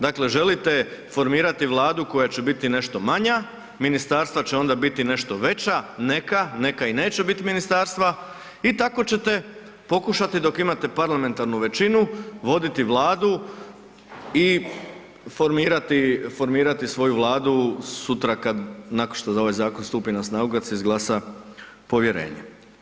Dakle, želite formirati vladu koja će biti nešto manja, ministarstva će onda biti nešto veća, neka, neka i neće bit ministarstva i tako ćete pokušati dok imate parlamentarnu većinu voditi vladu i formirati, formirati svoju vladu sutra kad, nakon što ovaj zakon stupi na snagu, kad se izglasa povjerenje.